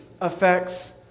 affects